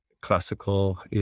classical